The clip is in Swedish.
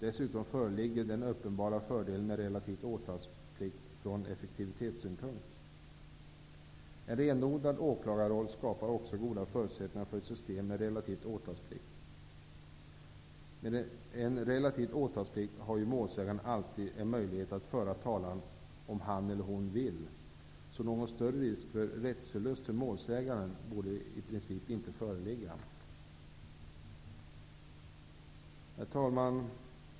Dessutom föreligger uppenbara fördelar med relativ åtalsplikt ur effektivitetssynpunkt. En renodlad åklagarroll skapar också goda förutsättningar för ett system med relativ åtalsplikt. Med en relativ åtalsplikt har ju målsäganden alltid en möjlighet att föra talan om han eller hon vill. Någon större risk för rättsförlust för målsäganden borde i princip inte föreligga. Herr talman!